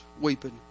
weeping